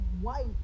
white